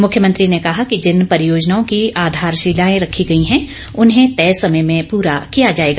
मुख्यमंत्री ने कहा कि जिन परियोजनाओं की आधारशिलाएं रखी गई हैं उन्हें तय समय में पूरा किया जाएगा